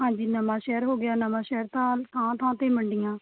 ਹਾਂਜੀ ਨਵਾਂਸ਼ਹਿਰ ਹੋ ਗਿਆ ਨਵਾਂਸ਼ਹਿਰ ਤਾਂ ਥਾਂ ਥਾਂ 'ਤੇ ਮੰਡੀਆਂ